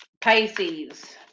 Pisces